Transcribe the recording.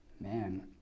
Man